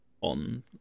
on